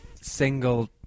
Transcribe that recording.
single